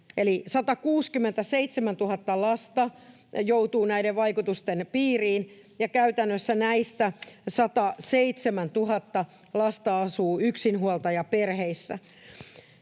eli 167 000 lasta joutuu näiden vaikutusten piiriin, ja käytännössä näistä 107 000 lasta asuu yksinhuoltajaperheissä.